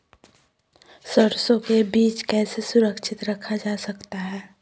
सरसो के बीज कैसे सुरक्षित रखा जा सकता है?